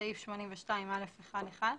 בסעיף 82(א1)(1)